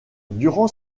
durant